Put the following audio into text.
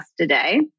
today